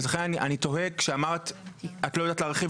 לכן אני תוהה כשאמרת שאת לא יודעת להרחיב